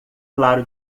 claro